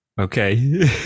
okay